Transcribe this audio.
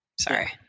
Sorry